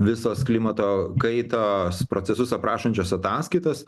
visos klimato kaitos procesus aprašančios ataskaitos